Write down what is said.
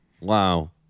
Wow